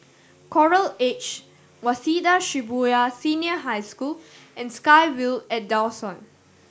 Coral Edge Waseda Shibuya Senior High School and SkyVille at Dawson